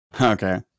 Okay